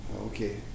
Okay